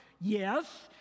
yes